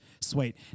sweet